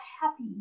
happy